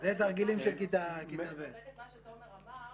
אלו תרגילים של כיתה --- לחזק את מה שתומר אמר,